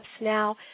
now